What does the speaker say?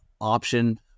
option